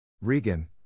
Regan